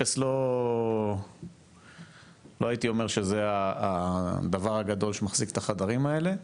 אפס לא הייתי אומר שזה הדבר הגדול שמחזיק את הדברים האלה,